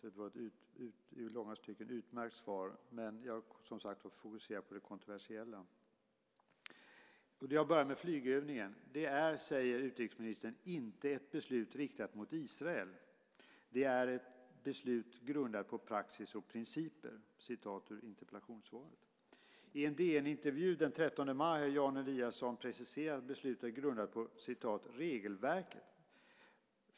Det var ett i långa stycken utmärkt svar, men jag fokuserar, som sagt, på det kontroversiella. Jag börjar med flygövningen. Det är, säger utrikesministern, inte ett beslut riktat mot Israel, utan det är ett beslut grundat på "praxis och principer", för att citera ur interpellationssvaret. I en DN-intervju den 13 maj har Jan Eliasson preciserat att beslutet är grundat på "regelverket".